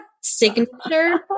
signature